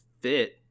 fit